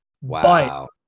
Wow